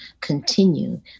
continue